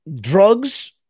drugs